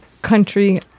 Country